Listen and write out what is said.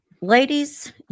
ladies